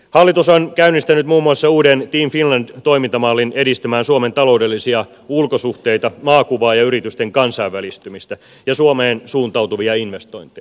hallitus on käynnistänyt muun muassa uuden team finland toimintamallin edistämään suomen taloudellisia ulkosuhteita maakuvaa ja yritysten kansainvälistymistä ja suomeen suuntautuvia investointeja